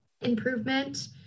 Improvement